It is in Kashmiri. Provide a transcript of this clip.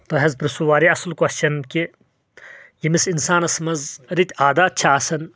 تۄہہِ حظ پرژھوُ واریاہ اصٕل کوسچن کہِ ییٚمِس انسانس منٛز رٕتۍ عادات چھِ آسان